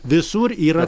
visur yra